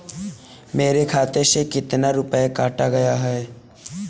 मेरे खाते से कितना रुपया काटा गया है?